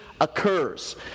occurs